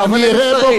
אבל הם לא באים.